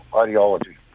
ideology